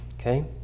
Okay